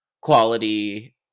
quality